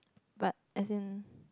but as in